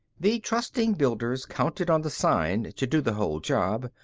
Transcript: the trusting builders counted on the sign to do the whole job,